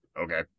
okay